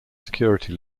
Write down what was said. security